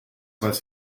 was